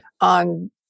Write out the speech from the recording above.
on